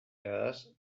does